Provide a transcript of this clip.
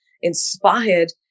inspired